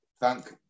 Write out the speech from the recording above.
thank